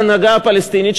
להנהגה הפלסטינית,